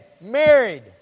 married